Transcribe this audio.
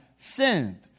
sinned